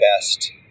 best